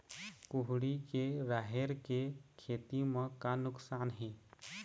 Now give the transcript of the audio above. कुहड़ी के राहेर के खेती म का नुकसान हे?